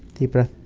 deep breath.